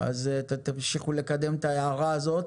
אז אתם תמשיכו לקדם את ההערה הזאת.